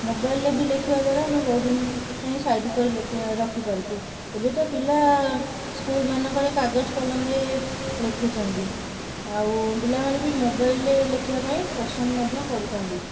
ମୋବାଇଲରେ ବି ଲେଖିବା ଦ୍ଵାରା ଆମେ ବହୁତ ଦିନ ପାଇଁ ସାଇତି କରି ଲେଖ ରଖିପାରୁଛୁ ଏବେ ତ ପିଲା ସ୍କୁଲ ମାନଙ୍କରେ କାଗଜ କଲମରେ ଲେଖୁଛନ୍ତି ଆଉ ପିଲାମାନେ ବି ମୋବାଇଲରେ ଲେଖିବା ପାଇଁ ପସନ୍ଦ ମଧ୍ୟ କରୁଛନ୍ତି